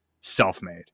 self-made